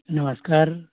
नमस्कार